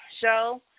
show